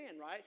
right